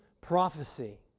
prophecy